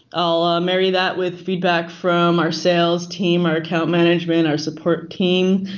i'll ah marry that with feedback from our sales team, our account management, our support team,